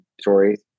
stories